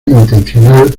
intencional